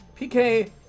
PK